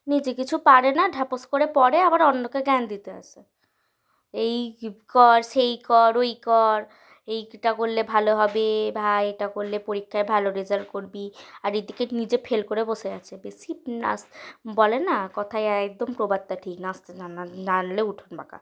নিজে কিছু পারে না ঢ্যাপস করে পড়ে আবার অন্যকে জ্ঞান দিতে আসে এই কর সেই কর ওই কর এইটা করলে ভালো হবে বা এটা করলে পরীক্ষায় ভালো রেজাল্ট করবি আর এদিকে নিজে ফেল করে বসে আছে বেশি নাস বলে না কথায় একদম প্রবাদটা ঠিক নাচতে না না জানলে উঠোন বাঁকা